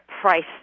price